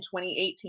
2018